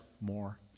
more